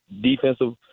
defensive